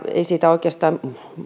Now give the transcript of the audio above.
ei siitä oikeastaan